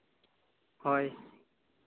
ᱦᱳᱭ